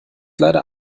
leider